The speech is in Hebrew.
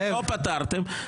לא פתרתם,